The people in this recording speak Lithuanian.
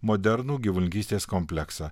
modernų gyvulininkystės kompleksą